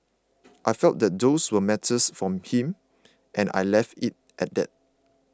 I felt that those were matters for him and I left it at that